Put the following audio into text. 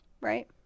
right